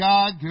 God